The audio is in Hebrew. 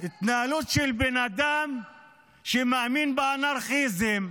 ------- התנהלות של בן אדם שמאמין באנרכיזם.